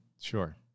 Sure